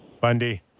bundy